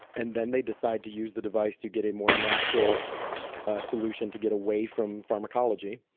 and then they decide to use the device to get a more natural solution to get away from pharmacology,